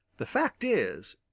the fact is,